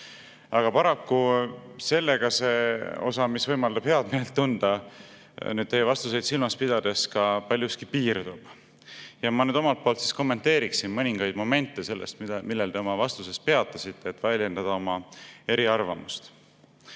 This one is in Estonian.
Paraku, sellega see osa, mis võimaldab head meelt tunda, teie vastuseid silmas pidades paljuski piirdub. Ma omalt poolt kommenteeriksin mõningaid momente sellest, millel te oma vastuses peatusite, et väljendada oma eriarvamust.